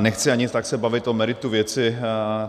Nechci se ani tak bavit o meritu věci,